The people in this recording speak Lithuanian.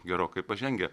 gerokai pažengę